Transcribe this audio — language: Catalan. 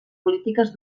polítiques